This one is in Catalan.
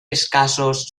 escassos